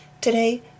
Today